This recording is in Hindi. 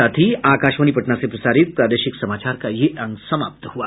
इसके साथ ही आकाशवाणी पटना से प्रसारित प्रादेशिक समाचार का ये अंक समाप्त हुआ